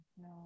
no